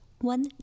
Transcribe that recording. One